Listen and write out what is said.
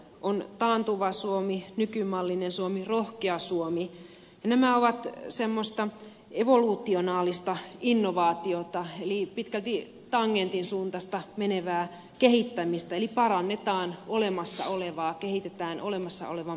on taantuva suomi nykymallinen suomi rohkea suomi ja nämä ovat semmoista evoluutionaalista innovaatiota eli pitkälti tangentin suuntaista menevää kehittämistä eli parannetaan olemassa olevaa kehitetään olemassa olevan päälle uutta